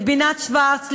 לבינת שוורץ,